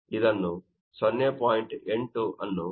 ಇದನ್ನು 0